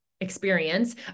experience